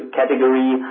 category